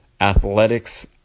athletics